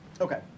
Okay